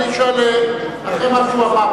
אני שואל אחרי מה שהוא אמר.